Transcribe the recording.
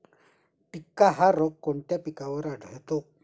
टिक्का हा रोग कोणत्या पिकावर आढळतो?